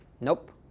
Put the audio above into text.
Nope